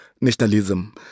nationalism